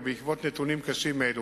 בעקבות נתונים קשים אלה